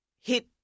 hit